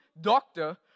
doctor